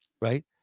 Right